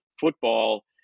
football